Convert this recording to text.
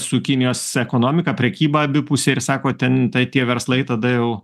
su kinijos ekonomika prekyba abipusė ir sako ten tai tie verslai tada jau